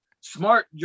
Smart